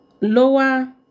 lower